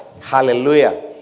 hallelujah